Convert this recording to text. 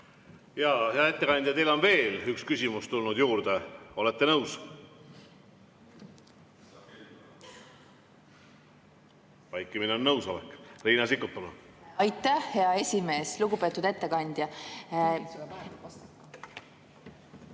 Hea ettekandja, teile on veel üks küsimus tulnud juurde. Olete nõus? Vaikimine on nõusolek. Riina Sikkut, palun! Aitäh, hea esimees! Lugupeetud ettekandja!